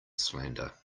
slander